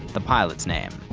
the pilot's name.